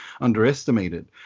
underestimated